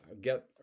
get